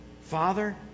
Father